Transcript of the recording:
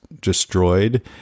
destroyed